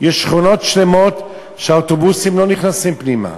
יש שכונות שלמות שהאוטובוסים לא נכנסים פנימה,